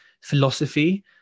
philosophy